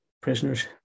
prisoners